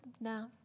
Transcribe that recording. no